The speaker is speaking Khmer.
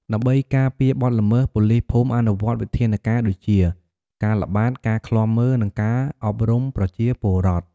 ដើម្បីការពារបទល្មើស ប៉ូលីសភូមិអនុវត្តវិធានការដូចជា ការល្បាត ការឃ្លាំមើល និងការអប់រំប្រជាពលរដ្ឋ។